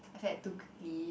except too quickly